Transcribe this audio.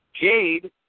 Jade